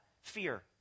Fear